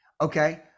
Okay